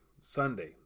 Sunday